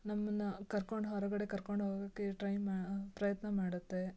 ನಮ್ಮನ್ನು ಕರ್ಕೊಂಡು ಹೊರಗಡೆ ಕರ್ಕೊಂಡು ಹೋಗೋಕೆ ಟ್ರೈ ಮಾ ಪ್ರಯತ್ನ ಮಾಡುತ್ತೆ